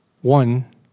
one